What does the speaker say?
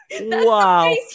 wow